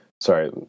sorry